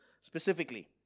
specifically